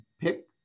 pick